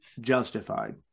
justified